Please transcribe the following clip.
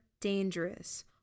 dangerous